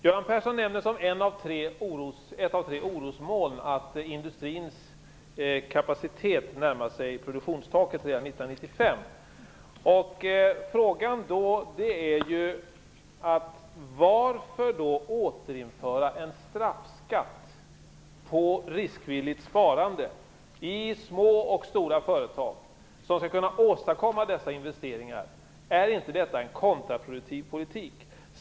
Göran Persson nämnde som ett av tre orosmoln att industrins kapacitet närmar sig produktionstaket redan 1995. Frågan är då: Varför återinföra en straffskatt på riskvilligt sparande i små och stora företag, som skall åstadkomma dessa investeringar? Är inte detta en kontraproduktiv politik?